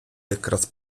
якраз